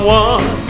one